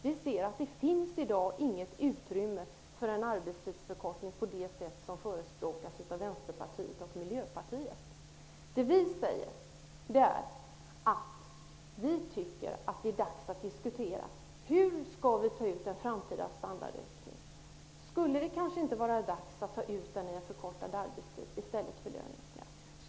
Vi ser att det i dag inte finns något utrymme för en arbetstidsförkortning av det slag som förespråkas av Vänsterpartiet och Miljöpartiet. Vi säger att vi tycker att det är dags att diskutera hur vi skall ta ut en framtida standardökning. Skulle det inte kanske vara dags med en förkortad arbetstid i stället för löneökningar?